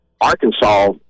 Arkansas –